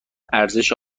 ارزش